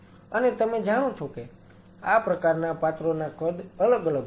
અને તમે જાણો છો કે આ પ્રકારના પાત્રોના કદ અલગ અલગ હોય છે